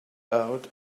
out